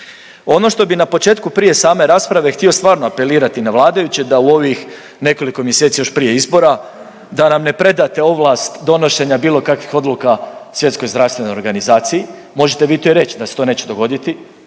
Ono što bi na početku prije same rasprave htio stvarno apelirati na vladajuće da u ovih nekoliko mjeseci još prije izbora da nam ne predate ovlast donošenja bilo kakvih odluka Svjetskoj zdravstvenoj organizaciji, možete vi to i reć da se to neće dogoditi